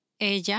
Ella